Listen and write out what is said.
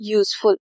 useful